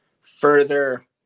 further